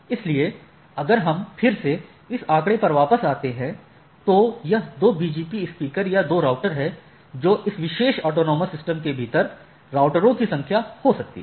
इसलिए अगर हम फिर से इस आंकड़े पर वापस आते हैं तो यह दो BGP स्पीकर या दो राउटर हैं जो इस विशेष ऑटॉनमस सिस्टमों के भीतर राउटरों की संख्या हो सकती है